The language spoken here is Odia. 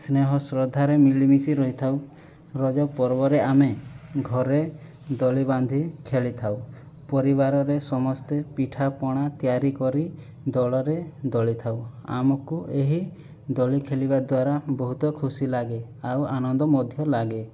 ସ୍ନେହ ଶ୍ରଦ୍ଧାରେ ମିଳିମିଶି ରହିଥାଉ ରଜପର୍ବରେ ଆମେ ଘରେ ଦୋଳି ବାନ୍ଧି ଖେଳିଥାଉ ପରିବାରରେ ସମସ୍ତେ ପିଠାପଣା ତିଆରି କରି ଦୋଳରେ ଦୋଳିଥାଉ ଆମକୁ ଏହି ଦୋଳି ଖେଳିବାଦ୍ଵାରା ବହୁତ ଖୁସି ଲାଗେ ଆଉ ଆନନ୍ଦ ମଧ୍ୟ ଲାଗେ